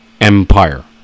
Empire